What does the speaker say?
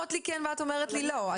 אומרות לי כן ואת אומרת לי לא.